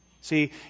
See